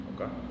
Okay